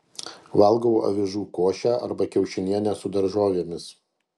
valgau avižų košę arba kiaušinienę su daržovėmis